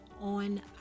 on